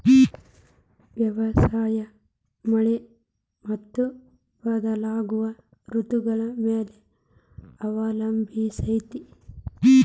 ವ್ಯವಸಾಯ ಮಳಿ ಮತ್ತು ಬದಲಾಗೋ ಋತುಗಳ ಮ್ಯಾಲೆ ಅವಲಂಬಿಸೈತ್ರಿ